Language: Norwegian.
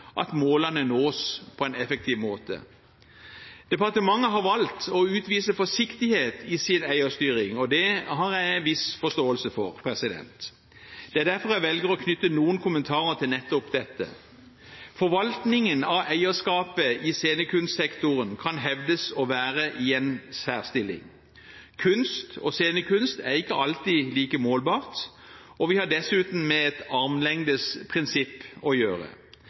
at målene nås på en effektiv måte. Departementet har valgt å utvise forsiktighet i sin eierstyring, og det har jeg en viss forståelse for. Det er derfor jeg velger å knytte noen kommentarer til nettopp dette. Forvaltningen av eierskapet i scenekunstsektoren kan hevdes å være i en særstilling. Kunst og scenekunst er ikke alltid like målbart, og vi har dessuten med prinsippet om armlengdes avstand å gjøre.